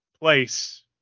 place